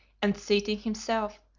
and seating himself,